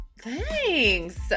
Thanks